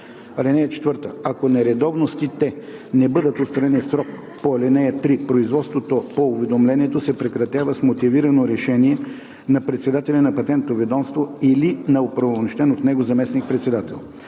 съобщаването. (4) Ако нередовностите не бъдат отстранени в срока по ал. 3 производството по уведомлението се прекратява с мотивирано решение на председателя на Патентното ведомство или на оправомощен от него заместник-председател.